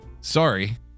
Sorry